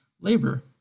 labor